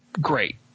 great